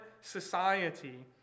society